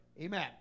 Amen